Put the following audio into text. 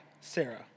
Sarah